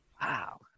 Wow